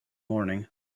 morning